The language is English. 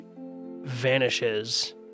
vanishes